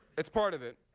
it's part of it.